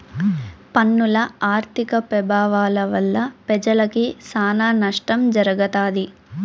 పన్నుల ఆర్థిక పెభావాల వల్ల పెజలకి సానా నష్టం జరగతాది